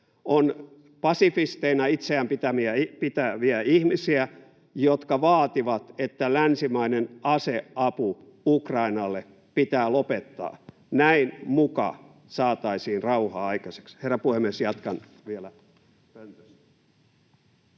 on pasifisteina itseään pitäviä ihmisiä, jotka vaativat, että länsimainen aseapu Ukrainalle pitää lopettaa. Näin muka saataisiin rauha aikaiseksi. — Herra puhemies! Jatkan vielä